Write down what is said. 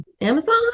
Amazon